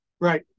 right